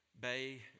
bay